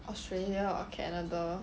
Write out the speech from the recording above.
australia or canada